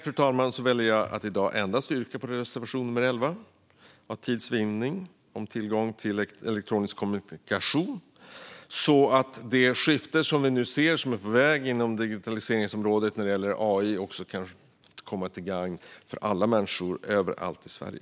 För tids vinning yrkar jag som sagt bifall enbart till reservation 11 om tillgång till elektronisk kommunikation så att pågående skifte inom digitalisering och AI kan vara till gagn för alla människor i Sverige.